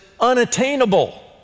unattainable